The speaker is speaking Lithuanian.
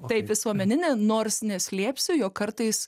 tai visuomeninė nors neslėpsiu jog kartais